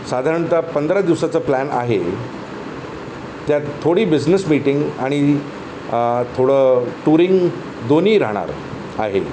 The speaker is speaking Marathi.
साधारणतः पंधरा दिवसाचं प्लॅन आहे त्यात थोडी बिझनेस मीटिंग आणि थोडं टुरिंग दोन्ही राहणार आहे